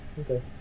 Okay